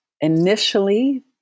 initially